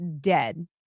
dead